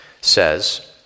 says